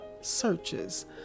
searches